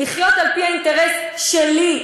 לחיות על-פי האינטרס שלי,